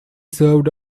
served